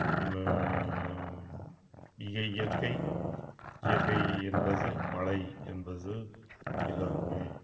இ இயற்கை இயற்கை என்பது மழை என்பது எல்லோருக்குமே